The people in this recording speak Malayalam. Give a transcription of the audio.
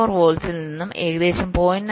4 വോൾട്ടിൽ നിന്ന് ഏകദേശം 0